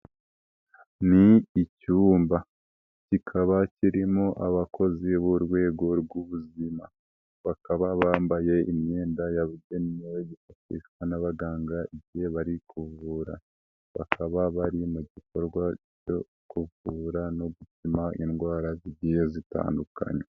Ni icyumba kikaba kirimo abakozi b'urwego rw'ubuzima bakaba bambaye imyenda yabugenewe bakifashishwa n'abaganga igihe bari kuvura, bakaba bari mu gikorwa cyo kuvura no gupima indwara zigiye zitandukanye.